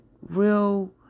real